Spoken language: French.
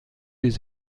les